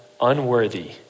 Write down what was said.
unworthy